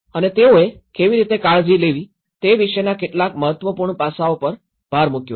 અને તેઓએ કેવી રીતે કાળજી લેવી તે વિશેના કેટલાક મહત્વપૂર્ણ પાસાઓ પર ભાર મૂક્યો છે